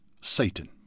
Satan